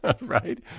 Right